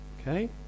okay